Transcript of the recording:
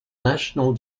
national